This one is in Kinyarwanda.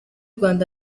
rwanda